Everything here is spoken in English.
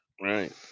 Right